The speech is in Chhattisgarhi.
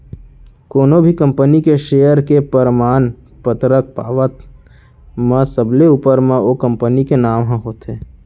कोनो भी कंपनी के सेयर के परमान पतरक पावत म सबले ऊपर म ओ कंपनी के नांव ह होथे